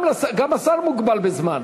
גם השר מוגבל בזמן.